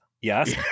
Yes